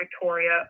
Victoria